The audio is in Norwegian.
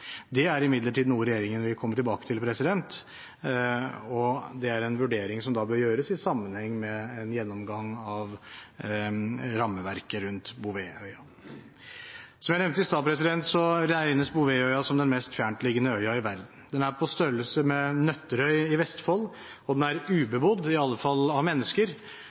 Det er imidlertid noe regjeringen vil komme tilbake til, og det er en vurdering som bør gjøres i sammenheng med en gjennomgang av rammeverket for Bouvetøya. Som jeg nevnte i stad, regnes Bouvetøya som den mest fjerntliggende øya i verden. Den er på størrelse med Nøtterøy i Vestfold, og den er ubebodd, i alle fall av mennesker.